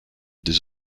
des